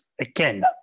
Again